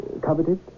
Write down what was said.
Coveted